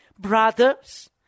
Brothers